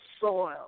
soil